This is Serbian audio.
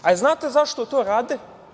A da li znate zašto to rade?